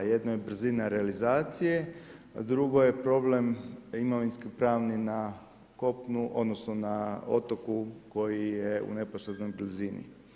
Jedno je brzina realizacije, a drugo je problem imovinsko-pravni na kopnu, odnosno na otoku koji je u neposrednoj blizini.